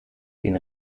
den